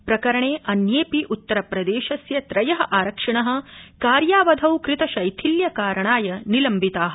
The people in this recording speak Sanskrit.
प्रकरणे अन्येऽपि उत्तरप्रदेशस्य त्रय आरक्षिण कार्यावधौ कृतशैथिल्य कारणाय निलम्बिता